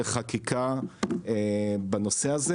לחקיקה בנושא הזה.